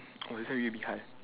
oh this one really hard